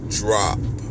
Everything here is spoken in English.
drop